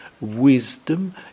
wisdom